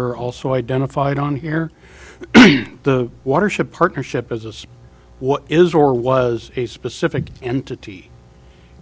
are also identified on here the watershed partnership as what is or was a specific entity